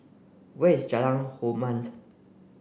where is Jalan Hormat